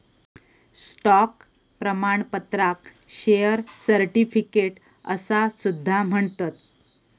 stock प्रमाणपत्राक share certificate असा सुद्धा म्हणतत